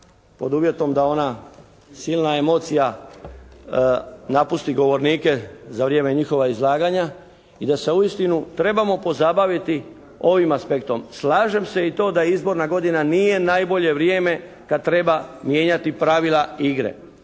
pod uvjetom da ona silna emocija napusti govornike za vrijeme njihova izlaganja i da se uistinu trebamo pozabaviti ovim aspektom. Slažem se i to da je izborna godina nije najbolje vrijeme kad treba mijenjati pravila igre.